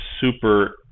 super